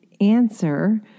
answer